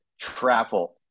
travel